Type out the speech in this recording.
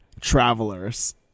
Travelers